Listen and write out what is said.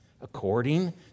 according